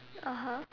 (uh huh)